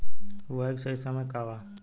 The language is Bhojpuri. बुआई के सही समय का वा?